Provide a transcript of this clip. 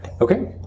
Okay